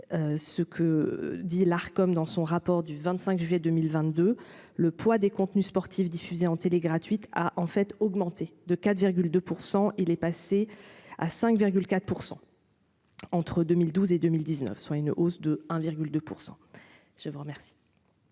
ce que dit l'Arcom dans son rapport du 25 juillet 2022, le poids des contenus sportifs diffusé en télé gratuite a en fait augmenté de 4,2 % il est passé à 5,4 % entre 2012 et 2019, soit une hausse de 1,2 % je vous remercie.